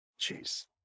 Jeez